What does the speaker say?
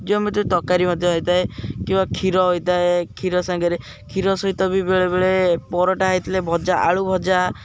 ଯେମିତି ତରକାରୀ ମଧ୍ୟ ହେଇଥାଏ କିମ୍ବା କ୍ଷୀର ହୋଇଥାଏ କ୍ଷୀର ସାଙ୍ଗରେ କ୍ଷୀର ସହିତ ବି ବେଳେବେଳେ ପରଟା ହେଇଥିଲେ ଭଜା ଆଳୁ ଭଜା